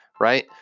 right